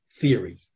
theory